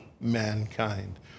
mankind